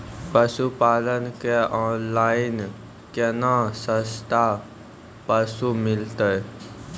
पशुपालक कऽ ऑनलाइन केना सस्ता पसु मिलतै?